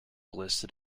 listed